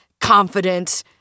confident